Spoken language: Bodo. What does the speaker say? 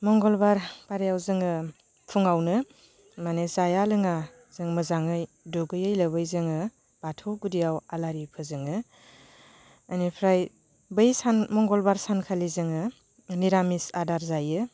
मंगलबार बारायाव जोङो फुङावनो माने जाया लोङा जों मोजाङै दुगैयै लोबै जोङो बाथौ गुदियाव आलारि फोजोङो बेनिफ्राय बै सान मंगलबार सानखालि जोङो निरामिस आदार जायो